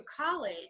college